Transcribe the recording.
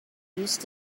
used